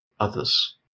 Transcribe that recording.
Others